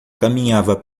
caminhava